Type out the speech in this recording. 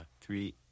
Three